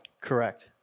Correct